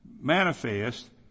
manifest